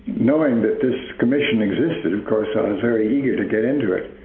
knowing that this commission existed, of course, i was very eager to get into it,